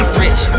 rich